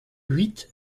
huit